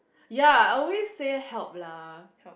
ya I always say help lah